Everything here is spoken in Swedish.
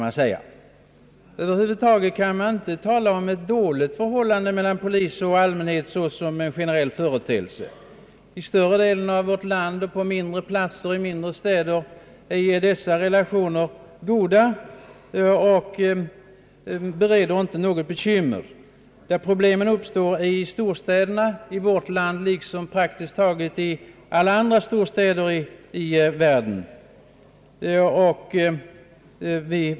Man kan inte tala om ett dåligt förhållande mellan polis och allmänhet som en generell företeelse. I större delen av vårt land, på mindre platser och i mindre och medelstora städer, är Om anläggande av pipe-lines relationerna goda och bereder inte bekymmer. Problemen uppstår i storstäderna i vårt land, och på samma sätt förhåller det sig i praktiskt taget alla andra storstäder i världen.